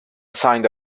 signed